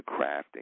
crafting